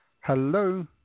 Hello